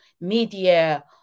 media